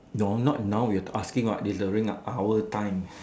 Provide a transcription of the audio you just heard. you're not now we're asking what is the ring up our time